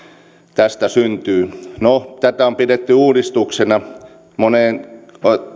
tästä syntyy no tätä on pidetty uudistuksena mutta moneen